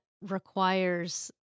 requires